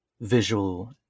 visual